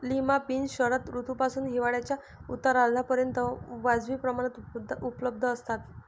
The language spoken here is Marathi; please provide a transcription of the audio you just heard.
लिमा बीन्स शरद ऋतूपासून हिवाळ्याच्या उत्तरार्धापर्यंत वाजवी प्रमाणात उपलब्ध असतात